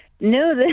No